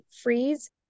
freeze